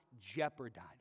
jeopardize